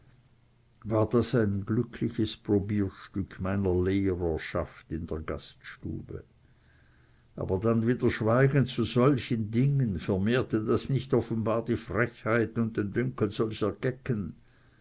war das ein glückliches probierstück meiner lehrerschaft in der gaststube aber dann wieder schweigen zu solchen dingen vermehrte das nicht offenbar die frechheit und den dünkel solcher gecken